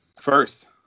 first